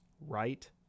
right